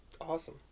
Awesome